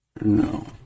No